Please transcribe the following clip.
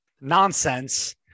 nonsense